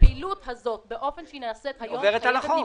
והפעילות הזאת באופן שהיא נעשית היום חייבת להיפסק.